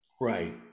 Right